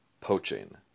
poaching